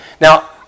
Now